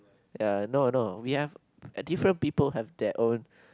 ya no no we have different people have their own